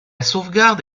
sauvegarde